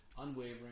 unwavering